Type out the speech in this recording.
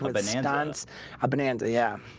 with an anton's a bonanza. yeah,